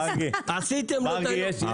עשיתם לו את היום.